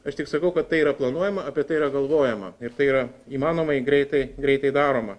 aš tik sakau kad tai yra planuojama apie tai yra galvojama ir tai yra įmanomai greitai greitai daroma